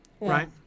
right